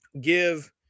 give